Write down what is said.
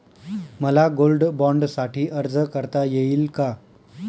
मला गोल्ड बाँडसाठी अर्ज करता येईल का?